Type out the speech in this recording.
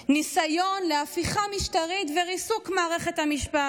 ניסיון להפיכה משטרית וריסוק מערכת המשפט,